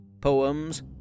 poems